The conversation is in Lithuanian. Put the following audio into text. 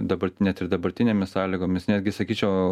dabar net ir dabartinėmis sąlygomis netgi sakyčiau